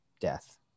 death